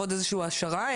עוד איזשהו העשרה,